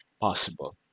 possible